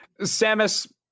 Samus